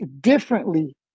differently